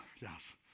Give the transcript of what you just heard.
Yes